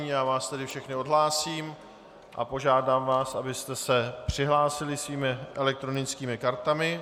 Já vás všechny odhlásím a požádám vás, abyste se přihlásili svými elektronickými kartami.